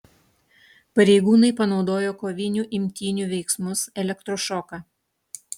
pareigūnai panaudojo kovinių imtynių veiksmus elektrošoką